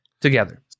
together